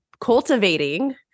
cultivating